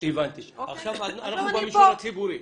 עכשיו אנחנו חוזרים למישור הציבורי.